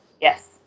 Yes